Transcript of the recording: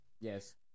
Yes